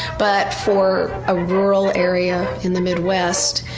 but for a rural area in the midwest,